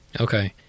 Okay